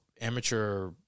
amateur